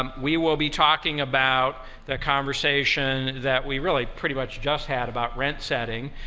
um we will be talking about the conversation that we really pretty much just had about rent setting.